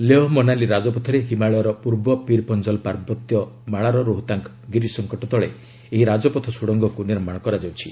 ଲେହ ମନାଲୀ ରାଜପଥରେ ହିମାଳୟର ପୂର୍ବ ପିରପଞ୍ଜଲ ପାର୍ବତ୍ୟମାଳାର ରୋହତାଙ୍ଗ୍ ଗିରି ସଂକଟ ତଳେ ଏହି ରାଜପଥ ସ୍ତୁଡ଼ଙ୍ଗକୁ ନିର୍ମାଣ କରାଯାଉଛି